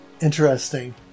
Interesting